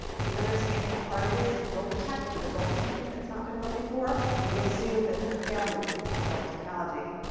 we understand how hard it is to build the tech when you're building something that's not been built before. and we assume that these are failing because we can't build the technology.